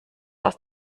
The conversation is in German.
aus